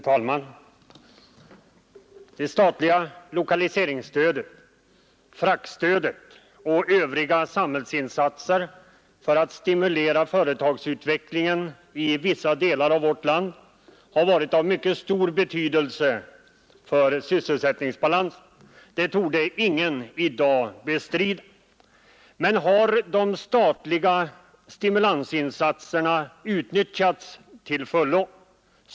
Fru talman! Det statliga lokaliseringsstödet, fraktstödet och övriga samhällsinsatser för att stimulera företagsutvecklingen i vissa delar av vårt land har varit av mycket stor betydelse för sysselsättningsbalansen. Detta torde ingen i dag bestrida. Men har de statliga stimulansinsatserna utnyttjats till fullo?